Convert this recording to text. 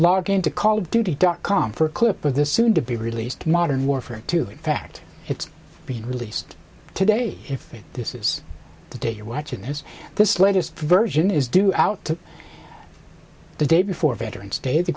log into call of duty dot com for a clip of the soon to be released modern warfare two fact it's being released today if this is the day you're watching this this latest version is due out the day before veterans day the